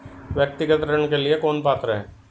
व्यक्तिगत ऋण के लिए कौन पात्र है?